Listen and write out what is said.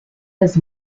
his